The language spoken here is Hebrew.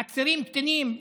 עצירים קטינים,